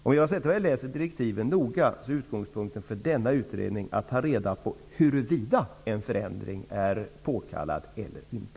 Om Eva Zetterberg läser direktiven noga, ser hon att utgångspunkten för denna utredning är att ta reda på huruvida en förändring är påkallad eller inte.